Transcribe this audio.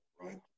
right